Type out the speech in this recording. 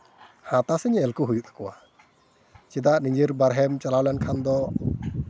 ᱦᱟᱛᱼᱟ ᱥᱮ ᱧᱮᱞ ᱠᱚ ᱦᱩᱭᱩᱜ ᱛᱟᱠᱚᱣᱟ ᱪᱮᱫᱟᱜ ᱱᱤᱡᱮᱨ ᱵᱟᱦᱨᱮᱢ ᱪᱟᱞᱟᱣ ᱞᱮᱱᱠᱷᱟᱱ ᱫᱚ